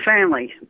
family